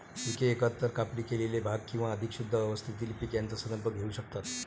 पिके एकतर कापणी केलेले भाग किंवा अधिक शुद्ध अवस्थेतील पीक यांचा संदर्भ घेऊ शकतात